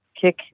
kick